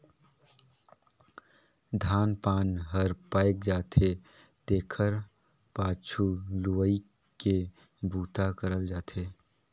धान पान हर पायक जाथे तेखर पाछू लुवई के बूता करल जाथे